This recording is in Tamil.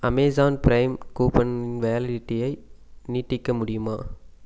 அமேஸான் ப்ரைம் கூப்பனின் வேலிட்டியை நீட்டிக்க முடியுமா